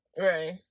Right